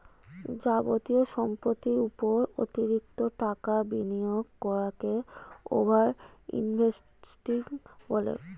যাবতীয় সম্পত্তির উপর অতিরিক্ত টাকা বিনিয়োগ করাকে ওভার ইনভেস্টিং বলে